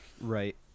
Right